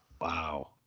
Wow